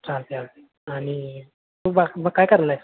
चालतं आहे चालतं आहे आणि तू बाकी मग काय करलायस